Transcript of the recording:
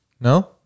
No